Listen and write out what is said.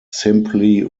simply